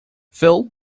phil